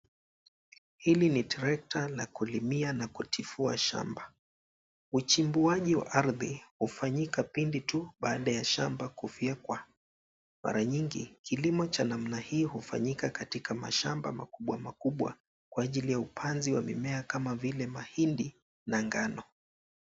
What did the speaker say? Hili ni trekta la kulimia na kutifua shamba. Uchimbuaji wa ardhi hufanyika pindi tu baada ya shamba kufyekwa. Mara nyingi kilimo cha namna hii hufanyika katika mashamba makubwa makubwa kwa ajili ya upanzi wa mimea kama vile mahindi na ngano.